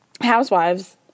Housewives